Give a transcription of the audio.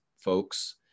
folks